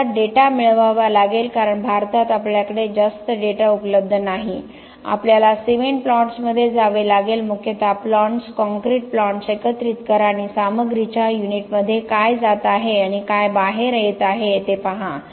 आपल्याला डेटा मिळवावा लागेल कारण भारतात आपल्याकडे जास्त डेटा उपलब्ध नाही आपल्याला सिमेंट प्लांट्समध्ये जावे लागेल मुख्यत प्लांट्स कॉंक्रिट प्लांट्स एकत्रित करा आणि सामग्रीच्या युनिटमध्ये काय जात आहे आणि काय बाहेर येत आहे ते पहा